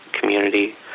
community